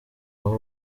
aho